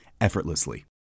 effortlessly